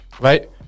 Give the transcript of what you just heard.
right